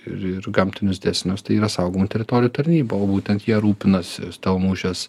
ir ir gamtinius dėsnius tai yra saugomų teritorijų tarnyba o būtent ja rūpinasi stelmužės